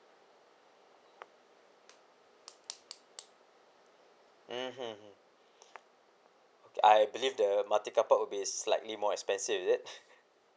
mm mm mm I believe the multi carpark will be slightly more expensive is it